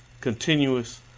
continuous